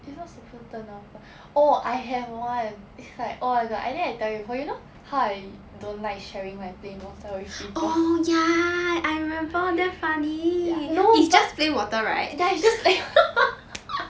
it's not super turn off oh I have one it's like oh my god I think I tell you before you know how I don't like sharing my plain water with people no but ya it's just plain water